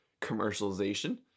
commercialization